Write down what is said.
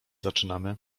zaczynamy